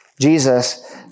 Jesus